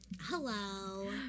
Hello